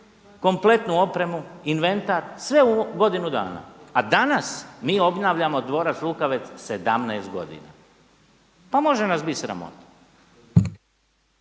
kompletnu opremu, inventar, sve u godinu dana. A danas mi obnavljamo dvorac Lukavec 17 godina. Pa može nas bit sramota!